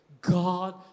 God